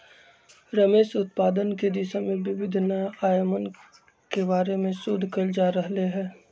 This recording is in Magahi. रेशम उत्पादन के दिशा में विविध नया आयामन के बारे में शोध कइल जा रहले है